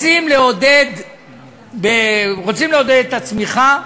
רוצים לעודד את הצמיחה,